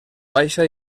baixa